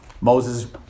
Moses